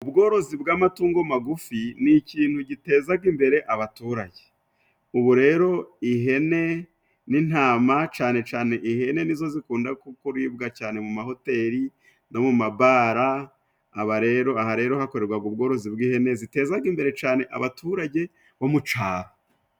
Ubworozi bw'amatungo magufi ni ikintu gitezaga imbere abaturage, ubu rero ihene n'intama cane cane ihene nizo zikunda kuribwa cane mu mahoteli no mu mabara, aba rero aha rero hakorwaga ubworozi bw'ihene zitezaga imbere cane abaturage bo mu caro.